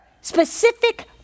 specific